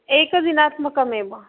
एकदिनात्मकम् एव